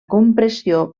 compressió